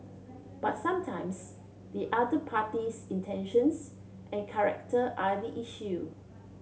but sometimes the other party's intentions and character are the issue